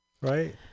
right